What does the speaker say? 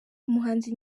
umuhanzi